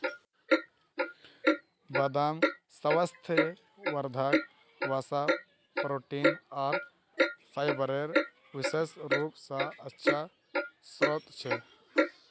बदाम स्वास्थ्यवर्धक वसा, प्रोटीन आर फाइबरेर विशेष रूप स अच्छा स्रोत छ